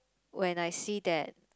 when I see that